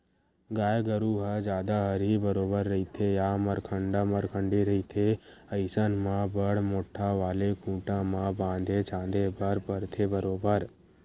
गाय गरु ह जादा हरही बरोबर रहिथे या मरखंडा मरखंडी रहिथे अइसन म बड़ मोट्ठा वाले खूटा म बांधे झांदे बर परथे बरोबर